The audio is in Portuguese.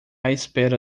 espera